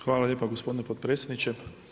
Hvala lijepa gospodine potpredsjedniče.